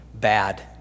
bad